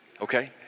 Okay